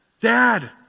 Dad